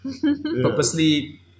purposely